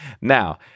Now